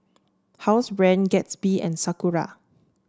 Housebrand Gatsby and Sakura